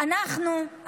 אנחנו,